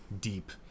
deep